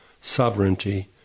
sovereignty